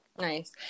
Nice